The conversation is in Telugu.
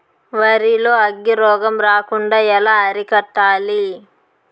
వరి లో అగ్గి రోగం రాకుండా ఎలా అరికట్టాలి?